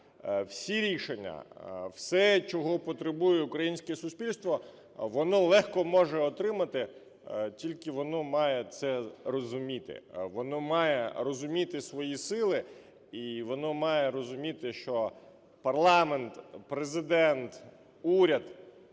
Всі рішення, все, чого потребує українське суспільство, воно легко може отримати, тільки воно має це розуміти. Воно має розуміти свої сили. І воно має розуміти, що парламент, Президент, уряд